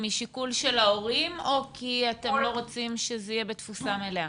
משיקול של ההורים או כי אתם לא רוצים שתהיה תפוסה מלאה?